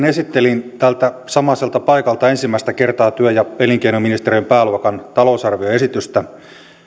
esittelin tältä samaiselta paikalta ensimmäistä kertaa työ ja elinkeinoministeriön pääluokan talousarvioesitystä